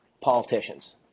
politicians